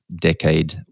decade